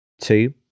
Two